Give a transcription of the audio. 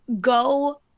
go